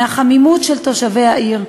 מהחמימות של תושבי העיר,